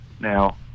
Now